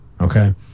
Okay